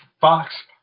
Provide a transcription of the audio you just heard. Fox